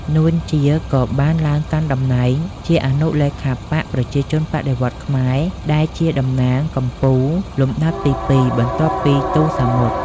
នួន ជា ក៏បានឡើងកាន់តំណែងជាអនុលេខាបក្សប្រជាជនបដិវត្តន៍ខ្មែរ ដែលជាតំណែងកំពូលលំដាប់ទីពីរ បន្ទាប់ពី ទូ សាមុត។